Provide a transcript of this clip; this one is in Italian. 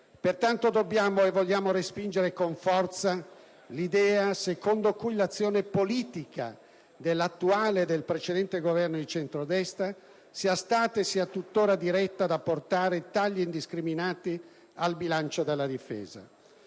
Pertanto, dobbiamo e vogliamo respingere con forza l'idea secondo cui l'azione politica dell'attuale e del precedente Governo di centrodestra sia stata e sia tuttora diretta ad apportare tagli indiscriminati al bilancio della difesa